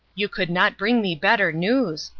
you could not bring me better news,